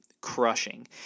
crushing